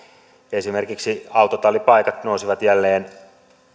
esimerkiksi autotallipaikat nousivat jälleen